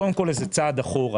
קודם כול, אנחנו צעד אחורה.